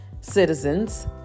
citizens